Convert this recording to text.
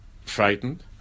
frightened